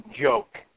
joke